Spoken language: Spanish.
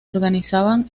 organizaban